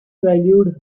valued